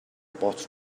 bottle